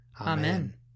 Amen